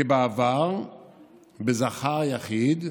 כבעבר בזכר יחיד,